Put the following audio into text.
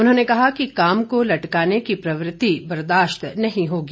उन्होंने कहा कि काम को लटकाने की प्रवृत्ति बर्दाश्त नहीं होगी